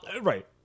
Right